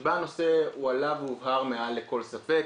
שבה הנושא הועלה והובהר מעל לכל ספק.